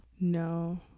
no